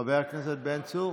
חבר הכנסת בן צור,